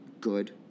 good